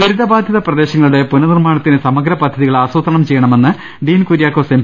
ദുരിതബാധിത പ്രദേശങ്ങളുടെ പുനർ നിർമ്മാണത്തിന് സമഗ്ര പദ്ധതികൾ ആസൂത്രണം ചെയ്യണമെന്ന് ഡീൻ കുര്യാക്കോസ് എം